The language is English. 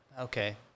okay